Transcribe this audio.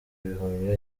ibihumyo